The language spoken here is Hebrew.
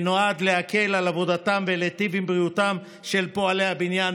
שנועד להקל על עבודתם ולהיטיב עם בריאותם של פועלי הבניין,